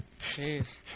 Jeez